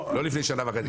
לא לפני שנה וחצי.